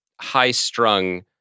high-strung